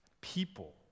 People